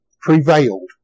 prevailed